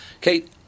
Kate